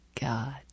God